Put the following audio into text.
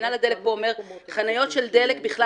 מינהל הדלק אומר פה שחניות של דלק בכלל